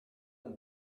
mon